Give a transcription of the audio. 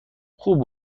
خوب